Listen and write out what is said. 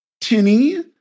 Tinny